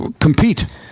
compete